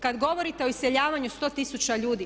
Kada govorite o iseljavanju 100 tisuća ljudi.